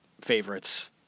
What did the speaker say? favorites